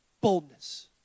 boldness